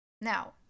Now